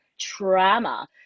trauma